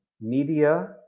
media